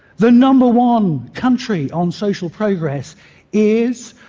the number one country on social progress is